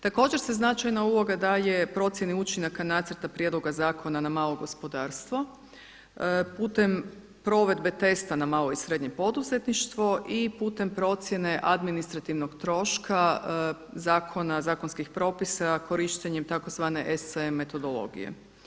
Također se značajna uloga daje procjeni učinaka nacrta prijedloga zakona na malo gospodarstvo putem provedbe testa na malo i srednje poduzetništvo i putem procjene administrativnog troška zakona, zakonskih propisa, korištenjem tzv. ESC metodologije.